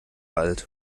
alt